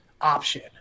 option